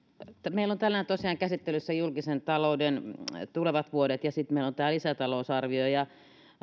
meillä ovat tänään tosiaan käsittelyssä julkisen talouden tulevat vuodet ja sitten meillä on tämä lisätalousarvio ja